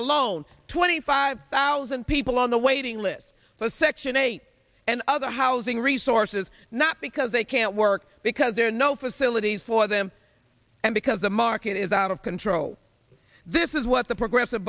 alone twenty five thousand people on the waiting list for section eight and other housing resources not because they can't work because there are no facilities for them and because the market is out of control this is what the progressive